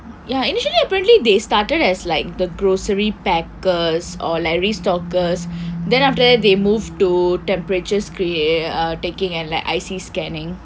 ya initially apparently they started as like the grocery backers or levy stalkers then after that they move to temperatures screen taking and like I_C scanning